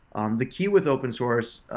um the key with open source